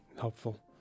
helpful